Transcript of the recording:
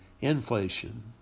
Inflation